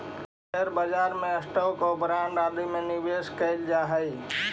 share बाजार में stock आउ बांड इत्यादि में निवेश कैल जा हई